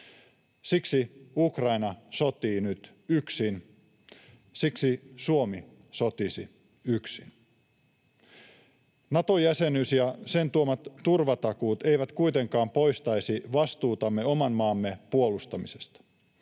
Siksi Ukraina sotii nyt yksin, siksi Suomi sotisi yksin. Nato-jäsenyys ja sen tuomat turvatakuut eivät kuitenkaan poistaisi vastuutamme oman maamme puolustamisesta.